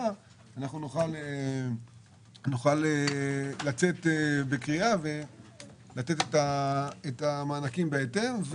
אנחנו נוכל לצאת בקריאה ולתת את המענקים בהתאם.